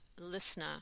listener